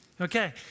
Okay